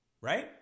Right